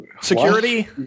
Security